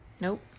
Nope